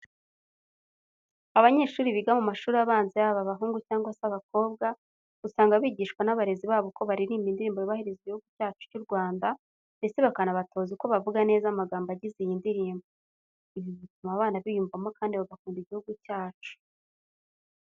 Abanyeshuri biga mu mashuri abanza yaba abahungu cyangwa se abakobwa, usanga bigishwa n'abarezi babo uko baririmba indirimbo yubahiriza Igihugu cy'u Rwanda ndetse bakanabatoza uko bavuga neza amagambo agize iyi ndirimbo. Ibi bituma abana biyumvamo kandi bagakunda Igihugu cyacu .